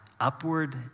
upward